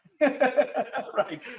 right